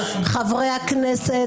חברי הכנסת,